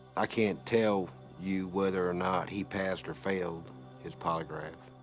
i can't tell you whether or not he passed or failed his polygraph.